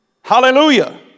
Hallelujah